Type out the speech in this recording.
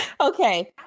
okay